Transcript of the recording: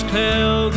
tell